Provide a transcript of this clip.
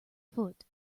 foot